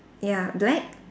ya black